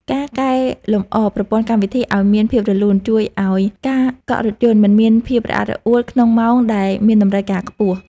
ការកែលម្អប្រព័ន្ធកម្មវិធីឱ្យមានភាពរលូនជួយឱ្យការកក់រថយន្តមិនមានភាពរអាក់រអួលក្នុងម៉ោងដែលមានតម្រូវការខ្ពស់។